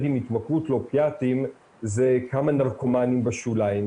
עם התמכרות לאופיאטים זה כמה נרקומנים בשוליים.